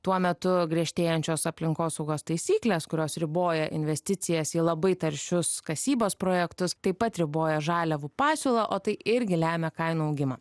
tuo metu griežtėjančios aplinkosaugos taisyklės kurios riboja investicijas į labai taršius kasybos projektus taip pat riboja žaliavų pasiūlą o tai irgi lemia kainų augimą